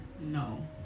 No